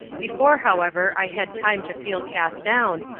before, however, i had time to feel cast down,